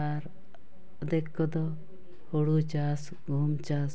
ᱟᱨ ᱟᱫᱷᱮᱠ ᱠᱚᱫᱚ ᱦᱩᱲᱩ ᱪᱟᱥ ᱜᱩᱦᱩᱢ ᱪᱟᱥ